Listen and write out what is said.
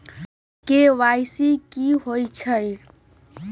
KYC कि होई छई?